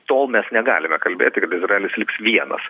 tol mes negalime kalbėti kad izraelis liks vienas